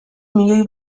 miloi